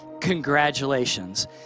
congratulations